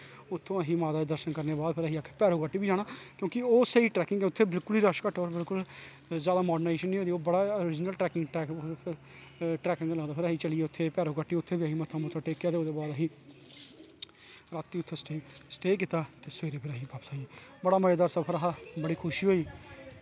उत्थूं दा असें माता दे दर्शन करने दे बाद असें आखेआ भैरो घाटी बी जाना क्योंकि ओह् स्हेई ट्रैकिंग ऐ उत्थें बिलकुल रश घट्ट हा बिलकुल जादा माडर्नाइयेंशन नेईं होई दी ओह् बड़ा ओरिज़नल ट्रैकिंग ट्रैक ऐ फिर अस चली गे उत्थै भैरो घाटी फिर असें उत्थें मत्था मुत्था टेकेआ ते ओह्दे बाद अहीं फिर रातीं असें उत्थें स्टे कीता दे सवेरै फिर असीं बापस आई गे फिर बड़ा मज़ेदार सफर हा बड़ी खुशी होई